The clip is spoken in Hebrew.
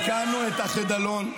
תיקנו את החידלון,